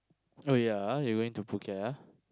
oh ya ah you going to Phuket ah